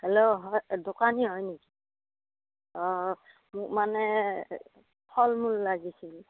hello হয় দোকানী হয় নেকি অঁ মোক মানে ফল মূল লাগিছিল